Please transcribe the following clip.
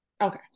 Okay